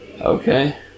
Okay